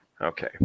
Okay